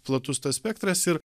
platus tas spektras ir